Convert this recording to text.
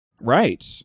Right